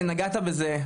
נגעת בזה,